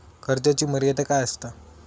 कर्जाची मर्यादा काय असता?